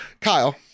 Kyle